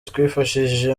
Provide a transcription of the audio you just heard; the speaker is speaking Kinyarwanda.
twifashishije